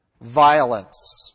Violence